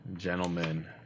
Gentlemen